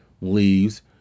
leaves